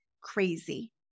crazy